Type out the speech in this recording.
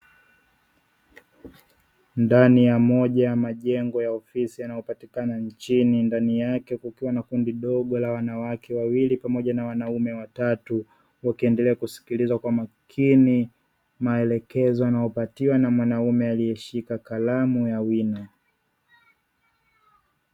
Ndani ya moja ya majengo ya ofisi yanayopatikana nchini, ndani yake kukiwa na kundi dogo la wanawake wawili, pamoja na wanaume watatu; wakiendelea kusikiliza kwa makini maelekezo wanayoapatiwa na mwanaume aliyeshika kalamu ya wino.